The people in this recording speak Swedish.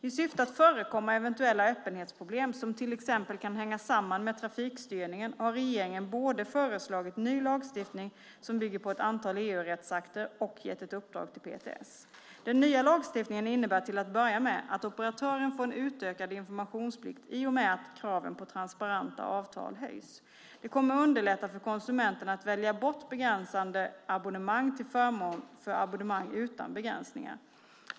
I syfte att förekomma eventuella öppenhetsproblem som till exempel kan hänga samman med trafikstyrningen har regeringen både föreslagit ny lagstiftning som bygger på ett antal EU-rättsakter och gett ett uppdrag till PTS. Den nya lagstiftningen innebär till att börja med att operatören får en utökad informationsplikt i och med att kraven på transparenta avtal höjs. Det kommer att underlätta för konsumenterna att välja bort begränsade abonnemang till förmån för abonnemang utan begränsningar.